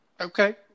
Okay